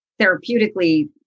therapeutically